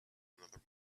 another